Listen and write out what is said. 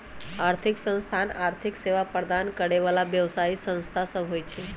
आर्थिक संस्थान आर्थिक सेवा प्रदान करे बला व्यवसायि संस्था सब होइ छै